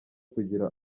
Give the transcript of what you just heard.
kugira